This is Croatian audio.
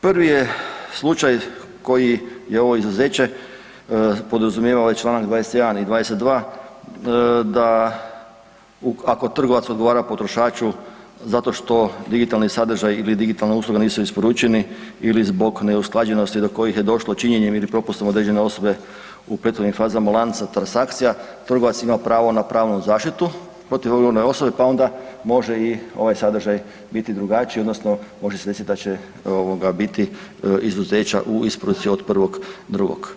Prvi je slučaj koji je ovo izuzeće podrazumijeva ovaj Članak 21. i 22. da ako trgovac odgovara potrošaču zato što digitalni sadržaji ili digitalna usluga nisu isporučeni ili zbog neusklađenosti do kojih je došlo činjenjem ili propustom određene osobe u prethodnim fazama lanca transakcija trgovac ima pravo na pravnu zaštitu protiv odgovorne osobe, pa onda može i ovaj sadržaj biti drugačiji odnosno može se desiti da će ovoga biti izuzeća u isporuci od 1.2.